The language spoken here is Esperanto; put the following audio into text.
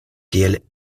kiel